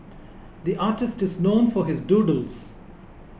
the artist is known for his doodles